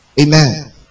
Amen